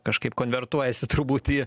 kažkaip konvertuojasi turbūt į